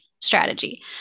strategy